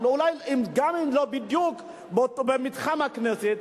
גם אם לא בדיוק במתחם הכנסת,